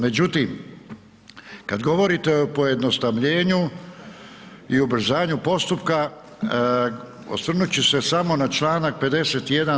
Međutim, kad govorite o pojednostavljenju i ubrzanju postupka, osvrnut ću se samo na čl. 51.